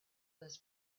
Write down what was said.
this